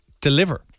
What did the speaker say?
deliver